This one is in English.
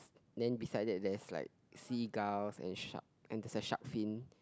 then beside that that is like seagull and shark and there is a shark fin